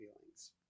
feelings